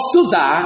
Susa